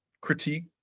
critique